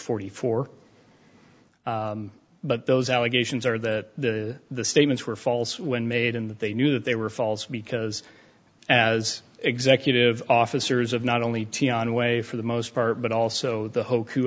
forty four but those allegations are that the statements were false when made in that they knew that they were false because as executive officers of not only way for the most part but also the whole crew